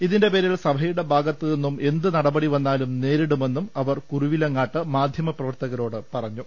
ഇതിന്റെ പേരിൽ സഭയുടെ ഭാഗത്ത് നിന്നും എന്ത് നട്ടപ്ടി വന്നാലും നേരിടുമെന്നും അവർ കുറുവിലങ്ങാട്ട് മാധ്യമപ്രവർത്തകരോട് പറഞ്ഞു